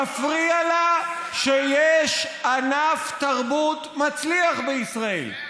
מפריע לה שיש ענף תרבות מצליח בישראל.